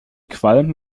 qualm